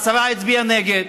והשרה הצביעה נגד.